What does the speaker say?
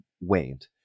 waned